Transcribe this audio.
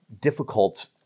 difficult